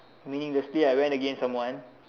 meaning to say I went against someone